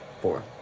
Four